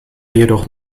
jedoch